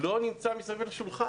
לא נמצא מסביב לשולחן,